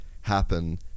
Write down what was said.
happen